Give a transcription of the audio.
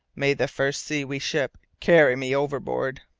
may the first sea we ship carry me overboard.